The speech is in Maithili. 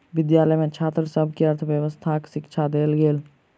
विद्यालय में छात्र सभ के अर्थव्यवस्थाक शिक्षा देल गेल